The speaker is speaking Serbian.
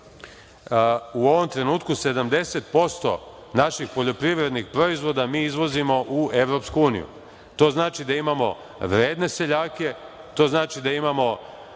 u ovom trenutku 70% naših poljoprivrednih proizvoda mi izvozimo u EU. To znači da imamo vredne seljake. To znači da imamo